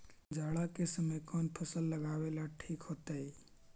जाड़ा के समय कौन फसल लगावेला ठिक होतइ?